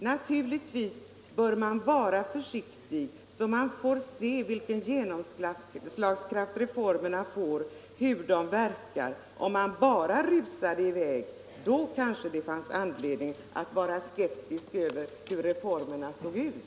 Naturligtvis bör vi vara försiktiga, så att vi får se vilken genomslagskraft reformerna får och hur de verkar. Om man bara rusade i väg kanske det fanns anledning att vara skeptisk beträffande reformernas resultat.